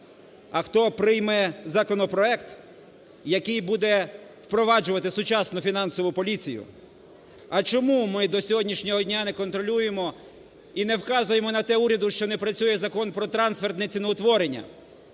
А хто прийме законопроект, який буде впроваджувати сучасну фінансову поліцію? А чому ми до сьогоднішнього дня не контролюємо і не вказуємо на те уряду, що не працює Закон про трансферне ціноутворення?